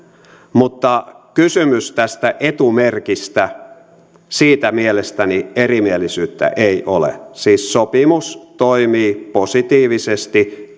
mutta kun on kysymys tästä etumerkistä siitä mielestäni erimielisyyttä ei ole sopimus toimii positiivisesti